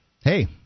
Hey